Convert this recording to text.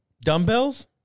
Dumbbells